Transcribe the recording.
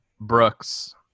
Brooks